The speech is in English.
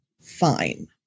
fine